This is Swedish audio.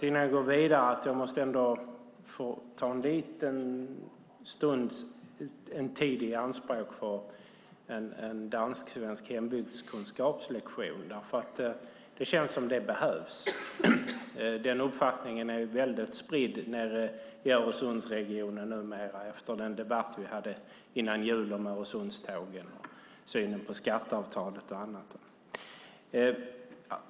Innan jag går vidare får jag ändå ta lite tid i anspråk för en dansk-svensk hembygdskunskapslektion. Det känns som att det behövs. Den uppfattningen är väldigt spridd i Öresundsregionen numera efter den debatt vi hade innan jul om Öresundstågen, synen på skatteavtalen och annat.